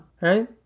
right